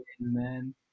man